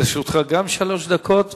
גם לרשותך שלוש דקות.